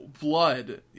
blood